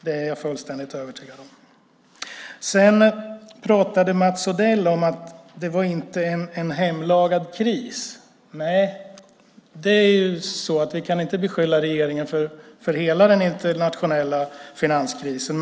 Det är jag fullständigt övertygad om. Mats Odell pratade om att det här inte är en hemlagad kris. Nej - vi kan inte beskylla regeringen för hela den internationella finanskrisen.